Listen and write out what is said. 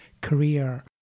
career